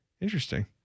Interesting